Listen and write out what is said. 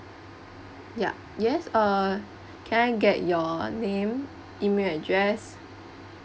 ya yes uh can I get your name email address